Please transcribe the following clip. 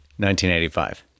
1985